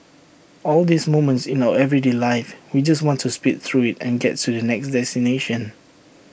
all these moments in our everyday life we just want to speed through IT and get to the next destination